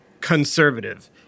conservative